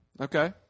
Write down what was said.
Okay